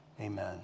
amen